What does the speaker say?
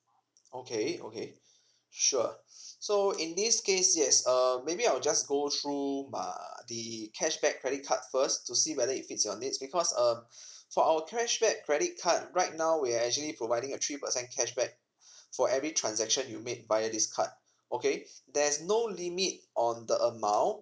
okay okay sure so in this case yes um maybe I'll just go through my the cashback credit card first to see whether if it fits your needs because um for our credit card right now we are actually providing a three percent cashback for every transaction you made via this card okay there's no limit on the amount